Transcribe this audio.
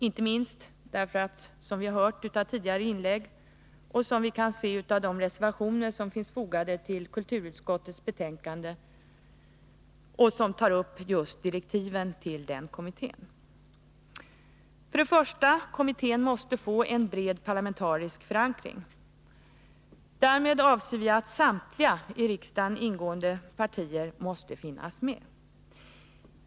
Att kommittén är viktig förstår vi efter att ha hört tidigare inlägg här, och vi ser det av de reservationer som finns fogade till kulturutskottets betänkande och som tar upp just direktiven till kommittén. För det första måste kommittén få en bred parlamentarisk förankring. Därmed avser vi att samtliga i riksdagen ingående partier måste finnas med.